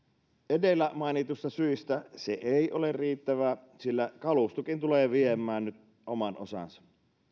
edellä mainituista syistä se ei ole riittävää sillä kalustokin tulee viemään nyt oman osansa